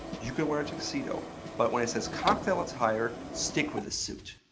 you can wear a tuxedo but when it says cocktail attire, stick with a suit.